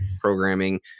programming